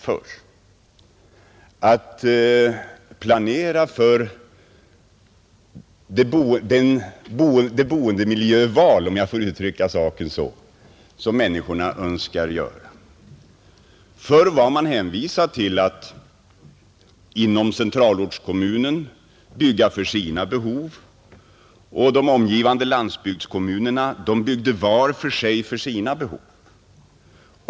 Förr var man inom centralortskommunen hänvisad att bygga för sina behov, och de omgivande landsbygdskommunerna byggde var för sig för sina behov.